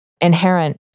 inherent